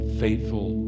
faithful